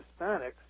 Hispanics